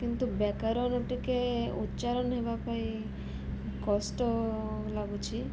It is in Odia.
କିନ୍ତୁ ବ୍ୟାକରଣ ଟିକିଏ ଉଚ୍ଚାରଣ ହେବା ପାଇଁ କଷ୍ଟ ଲାଗୁଛି